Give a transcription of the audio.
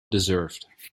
deserved